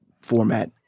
format